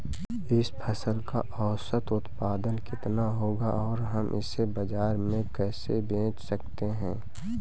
इस फसल का औसत उत्पादन कितना होगा और हम इसे बाजार में कैसे बेच सकते हैं?